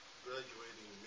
Graduating